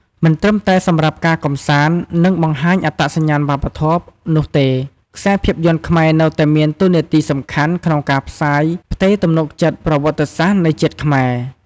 មិនត្រឹមតែសម្រាប់ការកម្សាន្ត និងបង្ហាញអត្តសញ្ញាណវប្បធម៌នោះទេ ខ្សែភាពយន្តខ្មែរនៅតែមានតួនាទីសំខាន់ក្នុងការផ្សាយផ្ទេរទំនុកចិត្តប្រវត្តិសាស្ត្រនៃជាតិខ្មែរ។